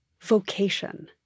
vocation